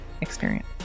experience